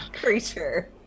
creature